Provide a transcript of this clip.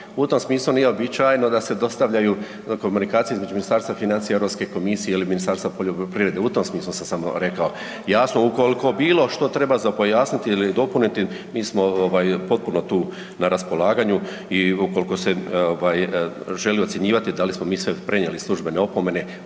u tom smislu nije uobičajeno da se dostavljaju komunikacije između Ministarstva financija i Europske komisije ili Ministarstva poljoprivrede u tom smislu sam samo rekao. Jasno, ukoliko bilo što treba pojasniti ili dopuniti, mi smo potpuno tu na raspolaganju i ukoliko se želi ocjenjivati da li smo mi prenijeli sve službene opomene